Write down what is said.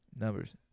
Numbers